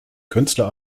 künstler